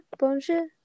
bonjour